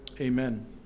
amen